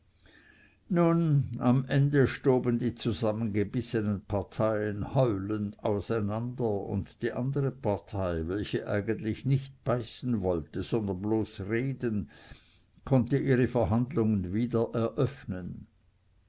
nun am ende stoben die zusammengebissenen parteien heulend auseinander und die andere partei welche eigentlich nicht beißen wollte sondern bloß reden konnte ihre verhandlungen wieder eröffnen